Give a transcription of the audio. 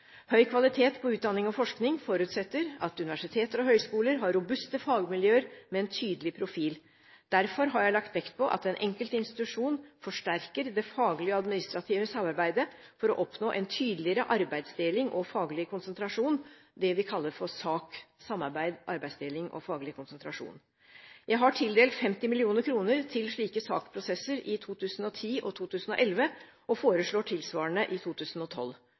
Høy kvalitet på utdanning og forskning forutsetter at universiteter og høyskoler har robuste fagmiljøer med en tydelig profil. Derfor har jeg lagt vekt på at den enkelte institusjon forsterker det faglige administrative samarbeidet for å oppnå en tydeligere arbeidsdeling og faglig konsentrasjon, det vi kaller for SAK – samarbeid, arbeidsdeling og faglig konsentrasjon. Jeg har tildelt 50 mill. kr til slike SAK-prosesser i 2010 og 2011, og foreslår tilsvarende i 2012.